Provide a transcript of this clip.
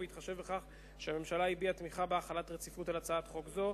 ובהתחשב בכך שהממשלה הביעה את תמיכתה בהחלת רציפות על הצעת חוק זו,